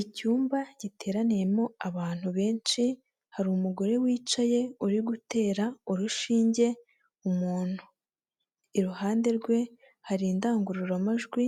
Icyumba giteraniyemo abantu benshi, hari umugore wicaye uri gutera urushinge umuntu, iruhande rwe hari indangururamajwi